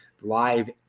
Live